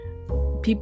people